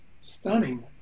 stunning